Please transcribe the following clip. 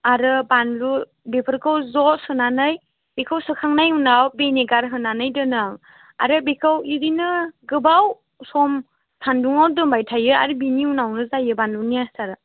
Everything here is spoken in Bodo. आरो बानलु बेफोरखौ ज' सोनानै बेखौ सोखांनायनि उनाव भिनेगार होनानै दोनो आं आरो बेखौ बिदिनो गोबाव सम सान्दुङाव दोनबाय थायो आरो बिनि उनावनो जायो बानलुनि आसारआ